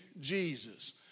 Jesus